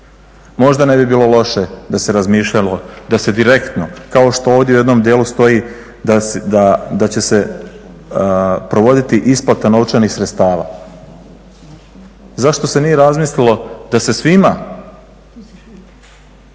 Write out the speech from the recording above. Možda ne bi bilo loše da se razmišljalo da se direktno, kao što ovdje u jednom dijelu stoji da će se provoditi isplata novčanih sredstava. Zašto se nije razmislilo da se svima